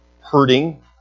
hurting